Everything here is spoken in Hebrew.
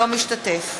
אינו משתתף